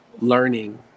learning